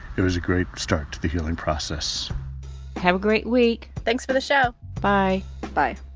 it was a great start to the healing process have a great week thanks for the show bye bye